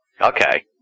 Okay